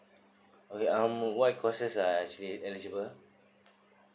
okay um what courses are actually eligible